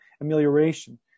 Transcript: amelioration